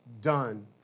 done